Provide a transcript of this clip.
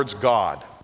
God